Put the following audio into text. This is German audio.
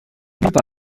über